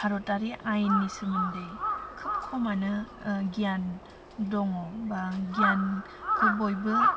भारतआरि आयेननि सोमोन्दै खोब खमानो गियान दङ बा गियानखौ बयबो